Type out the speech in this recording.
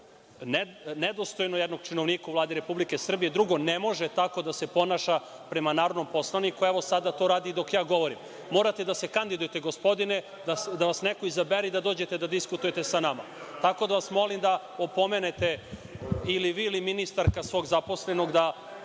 nedostojno jednog činovnika u Vladi Republike Srbije. Drugo, ne može tako da se ponaša prema narodnom poslaniku. Sada to radi dok govorim. Morate da se kandidujete, gospodine, da vas neko izabere i da dođete da diskutujete sa nama, pa vas molim da opomenete, ili vi, ili ministarka, svog zaposlenog da